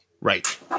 Right